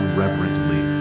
reverently